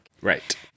Right